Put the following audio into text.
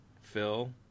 Phil